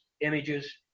images